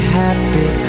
happy